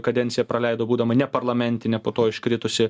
kadenciją praleido būdama neparlamentine po to iškritusi